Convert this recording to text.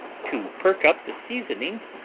to perk up the seasonings,